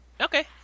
Okay